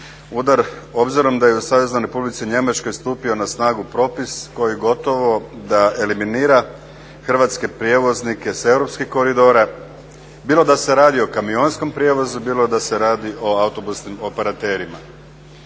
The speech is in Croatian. udar obzirom da je u Saveznoj Republici Njemačkoj stupio na snagu propis koji gotovo da eliminira hrvatske prijevoznike sa europskih koridora, bilo da se radi o kamionskom prijevozu, bilo da se radi o autobusnim operaterima.